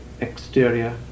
exterior